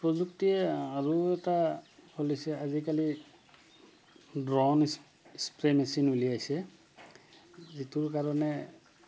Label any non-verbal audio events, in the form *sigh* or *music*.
প্ৰযুক্তিয়ে আৰু *unintelligible* আজিকালি ড্ৰণ স্প্ৰে মেচিন উলিয়াইছে যিটোৰ কাৰণে